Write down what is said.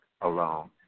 alone